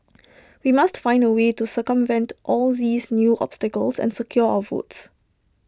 we must find A way to circumvent all these new obstacles and secure our votes